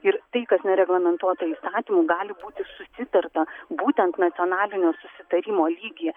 ir tai kas nereglamentuota įstatymu gali būti susitarta būtent nacionalinio susitarimo lygyje